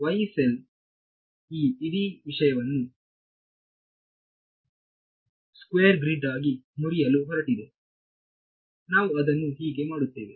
ಆದ್ದರಿಂದ Yee cell ಈ ಇಡೀ ವಿಷಯವನ್ನು ಸ್ಕ್ವೇರ್ ಗ್ರಿಡ್ ಆಗಿ ಮುರಿಯಲು ಹೊರಟಿದೆ ನಾವು ಅದನ್ನು ಹೀಗೆ ಮಾಡುತ್ತೇವೆ